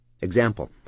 Example